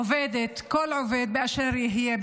עובדת וכל עובד באשר יהיה,